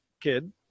kid